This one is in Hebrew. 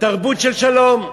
תרבות של שלום.